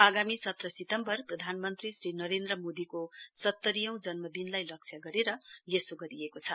आगामी सत्र सितम्बर प्रधानमन्त्री श्री नरेन्द्र मोदीको सत्तरीऔं जन्मदिनलाई लक्ष्य गरेर यसो गरिएको छ